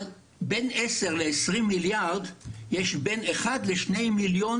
על בין 10 ל-20 מיליארד יש בין 1 ל-2 מיליון